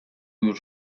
już